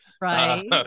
right